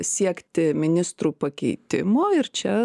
siekti ministrų pakeitimo ir čia